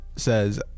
says